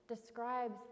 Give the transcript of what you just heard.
describes